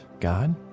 god